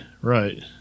right